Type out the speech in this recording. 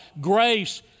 grace